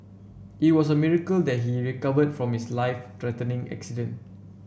it was a miracle that he recovered from his life threatening accident